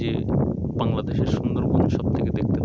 যে বাংলাদেশের সুন্দরবন সবথেকে দেখতে ভালো